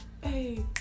hey